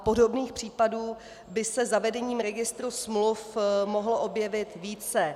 Podobných případů by se zavedením registru smluv mohlo objevit více.